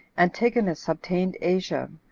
antigonus obtained asia,